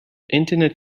internet